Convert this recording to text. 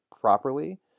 properly